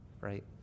right